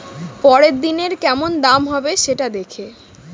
পরের দিনের কেমন দাম হবে, সেটা দেখে